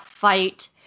fight